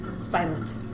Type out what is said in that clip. silent